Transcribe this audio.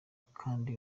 kandi